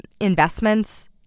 investments